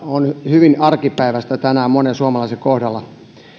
on hyvin arkipäiväistä tänään monen suomalaisen kohdalla